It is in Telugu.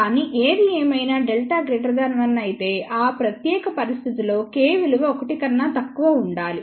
కానీ ఏదిఏమైనా Δ 1 అయితే ఆ ప్రత్యేక పరిస్థితిలో K విలువ 1 కన్నా తక్కువ ఉండాలి